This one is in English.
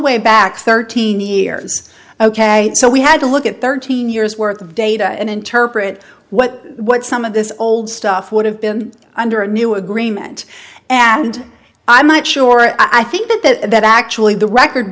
way back thirteen years ok so we had to look at thirteen years worth of data and interpret what what some of this old stuff would have been under a new agreement and i'm not sure i think that that that actually the record